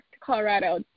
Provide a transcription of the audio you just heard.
Colorado